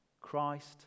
Christ